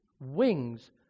wings